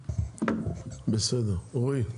רועי.